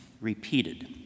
Repeated